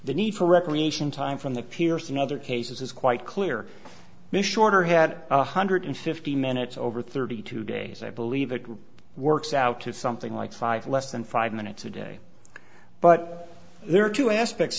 the need for recreation time from the pierce and other cases is quite clear mission order had one hundred fifty minutes over thirty two days i believe it works out to something like five less than five minutes a day but there are two aspects